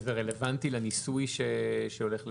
וזה רלוונטי לניסוי שהולך להיערך?